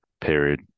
period